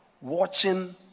watching